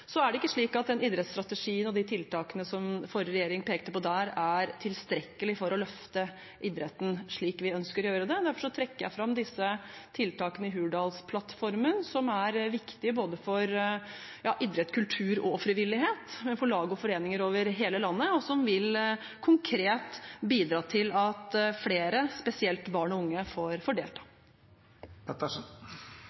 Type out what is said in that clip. Så er det ikke slik at den idrettsstrategien og de tiltakene som den forrige regjeringen pekte på der, er tilstrekkelig for å løfte idretten slik vi ønsker å gjøre det. Derfor trekker jeg fram disse tiltakene i Hurdalsplattformen som er viktige for både idrett, kultur og frivillighet, for lag og foreninger over hele landet, og som vil konkret bidra til at flere, spesielt barn og unge, får